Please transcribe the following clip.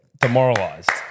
demoralized